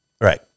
Right